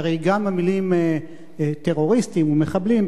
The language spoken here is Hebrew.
שהרי גם המלים "טרוריסטים" ו"מחבלים",